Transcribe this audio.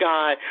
God